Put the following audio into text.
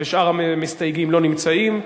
ושאר המסתייגים לא נמצאים.